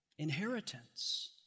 inheritance